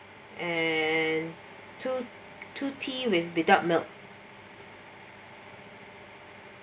and two two tea with without milk